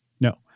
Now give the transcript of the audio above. No